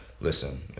listen